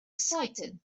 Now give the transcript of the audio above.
excited